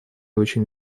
очень